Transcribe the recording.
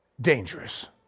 dangerous